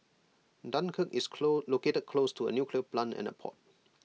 Dunkirk is close located close to A nuclear plant and A port